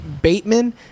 Bateman